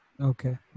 Okay